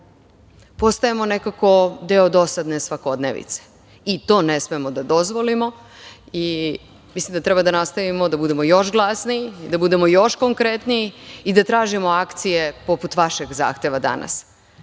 postajemo nekako deo dosadne svakodnevnice. To ne smemo da dozvolimo. Mislim da treba da nastavimo da budemo još glasniji, da budemo još konkretniji i da tražimo akcije poput vašeg zahteva danas.